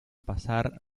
pasar